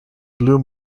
blue